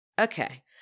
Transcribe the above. Okay